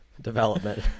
development